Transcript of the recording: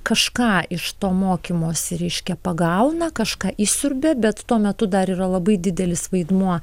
kažką iš to mokymosi reiškia pagauna kažką išsiurbia bet tuo metu dar yra labai didelis vaidmuo